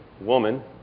woman